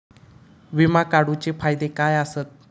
विमा काढूचे फायदे काय आसत?